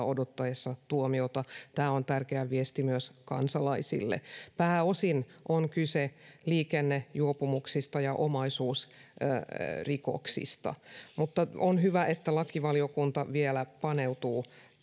odottaessaan tuomiota tämä on tärkeä viesti myös kansalaisille pääosin on kyse liikennejuopumuksista ja omaisuusrikoksista mutta on hyvä että lakivaliokunta paneutuu